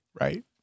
right